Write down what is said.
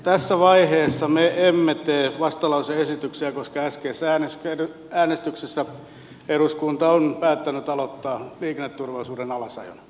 tässä vaiheessa me emme tee vastalause esityksiä koska äskeisessä äänestyksessä eduskunta on päättänyt aloittaa liikenneturvallisuuden alasajon e